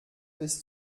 bis